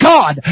God